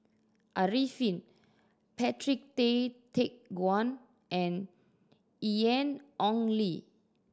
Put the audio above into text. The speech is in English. Arifin Patrick Tay Teck Guan and Ian Ong Li